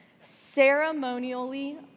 Ceremonially